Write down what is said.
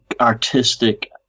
artistic